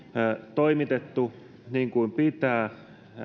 toimitettu niin kuin pitää